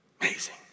Amazing